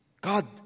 God